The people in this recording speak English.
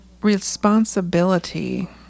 responsibility